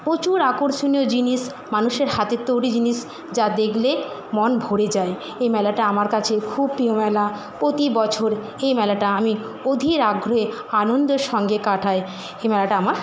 প্রচুর আকর্ষণীয় জিনিস মানুষের হাতের তৈরি জিনিস যা দেখলে মনে ভরে যায় এই মেলাটা আমার কাছে খুব প্রিয় মেলা প্রতি বছর এই মেলাটা আমি অধীর আগ্রহে আনন্দের সঙ্গে কাটাই এই মেলাটা আমার